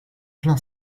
plein